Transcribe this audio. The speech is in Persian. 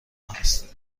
هست